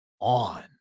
on